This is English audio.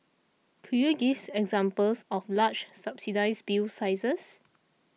could you give examples of large subsidised bill sizes